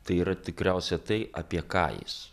tai yra tikriausia tai apie ką jis